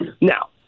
now